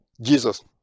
jesus